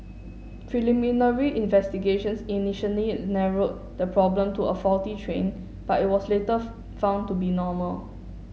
preliminary investigations initially narrowed the problem to a faulty train but it was later found to be normal